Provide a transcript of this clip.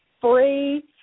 free